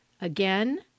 Again